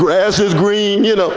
grass is green you know